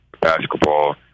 basketball